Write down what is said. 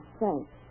thanks